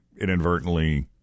inadvertently